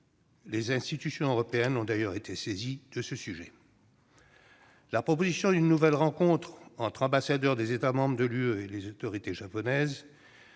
Les institutions européennes ont d'ailleurs été saisies de ce sujet. La proposition d'une nouvelle rencontre entre ambassadeurs des États membres de l'Union européenne et les autorités japonaises,